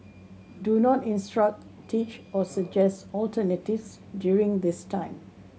do not instruct teach or suggest alternatives during this time